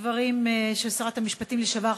לדברים של שרת המשפטים לשעבר,